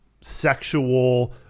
sexual